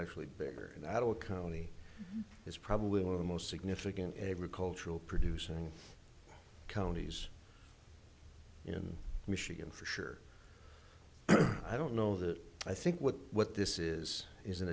actually bigger and i do accompany is probably one of the most significant every cultural producing counties in michigan for sure i don't know that i think what what this is is an